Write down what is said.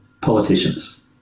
politicians